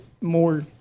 more